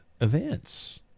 events